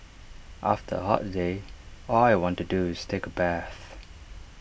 after A hot day all I want to do is take A bath